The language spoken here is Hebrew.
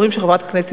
לדברים של חברת הכנסת,